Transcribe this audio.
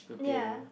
ya